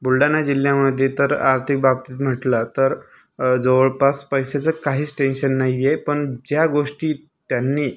बुलढाणा जिल्ह्यामधे तर आर्थिक बाबतीत म्हटलं तर जवळपास पैशाचं काहीच टेंशन नाही आहे पण ज्या गोष्टी त्यांनी